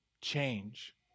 change